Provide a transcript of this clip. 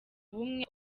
ubumwe